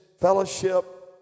fellowship